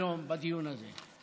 היום בדיון הזה.